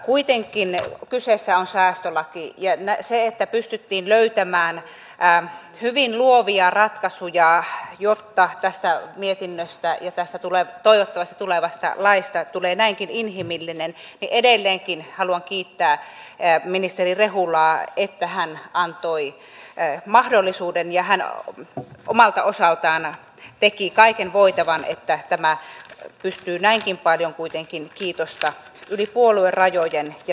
kuitenkin kyseessä on säästölaki ja kun pystyttiin löytämään hyvin luovia ratkaisuja jotta tästä mietinnöstä ja tästä toivottavasti tulevasta laista tulee näinkin inhimillinen niin edelleenkin haluan kiittää ministeri rehulaa että hän antoi mahdollisuuden ja hän omalta osaltaan teki kaiken voitavan että tämä pystyy näinkin paljon kuitenkin kiitosta yli puoluerajojen ja tuolla kentällä saamaan